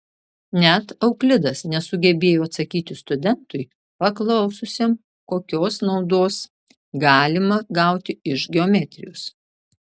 net euklidas nesugebėjo atsakyti studentui paklaususiam kokios naudos galima gauti iš geometrijos